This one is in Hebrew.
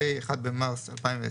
התש"ף (1 במרס 2020)